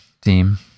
team